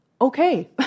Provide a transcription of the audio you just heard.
Okay